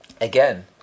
Again